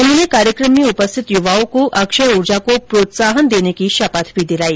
उन्होंने कार्यक्रम में उपस्थित युवाओं को अक्षय ऊर्जा को प्रोत्साहन देने की शपथ भी दिलाई